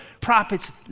prophets